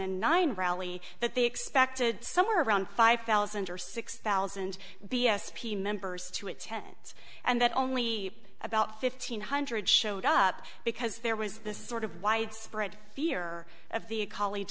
and nine rally that they expected somewhere around five thousand or six thousand b s p members to a tent and that only about fifteen hundred showed up because there was this sort of widespread fear of the coll